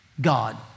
God